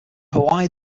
hawaii